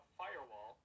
firewall